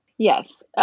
Yes